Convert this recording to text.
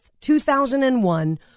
2001